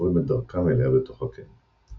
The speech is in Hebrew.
וחופרים את דרכם אליה בתוך הקן.